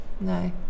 No